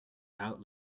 out